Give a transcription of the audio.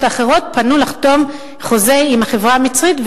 האחרות פנו לחתום חוזה עם החברה המצרית,